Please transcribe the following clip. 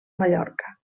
mallorca